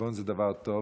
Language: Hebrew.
חשבון זה דבר טוב.